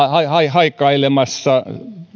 haikailemassa